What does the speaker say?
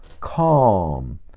calm